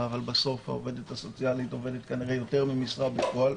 אבל בסוף עובדת סוציאלית עובדת יותר ממשרה בפועל.